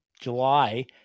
July